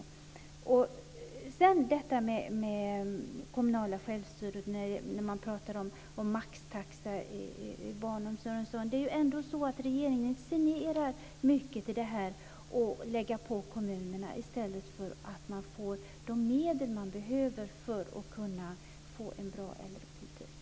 Sedan är det detta med det kommunala självstyret. Man pratar om maxtaxa i barnomsorgen och sådant. Regeringen initierar ändå mycket av det här och lägger det på kommunerna i stället för att ge de medel som de behöver för att det ska kunna bli en bra äldrepolitik.